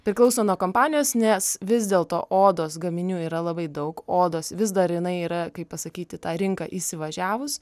priklauso nuo kompanijos nes vis dėlto odos gaminių yra labai daug odos vis dar jinai yra kaip pasakyt į tą rinką įsivažiavus